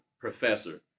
professor